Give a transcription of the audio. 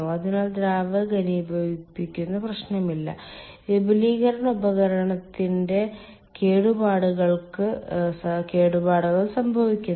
അതിനാൽ ദ്രാവക ഘനീഭവിക്കുന്ന പ്രശ്നമില്ല വിപുലീകരണ ഉപകരണത്തിന്റെ കേടുപാടുകൾക്ക് കേടുപാടുകൾ സംഭവിക്കുന്നില്ല